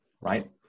right